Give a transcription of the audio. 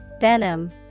Venom